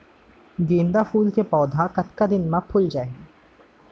गेंदा फूल के पौधा कतका दिन मा फुल जाही?